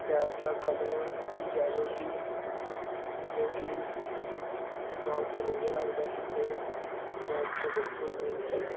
cab ਦਾ colour yellow ਸੀ ਜੋ ਕਿ ਬਹੁਤ ਵਧੀਆ ਲੱਗਦਾ ਸੀ ਅਤੇ ਡੈਂਟ ਬਿਲਕੁਲ ਨਹੀਂ ਸੀ